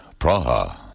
Praha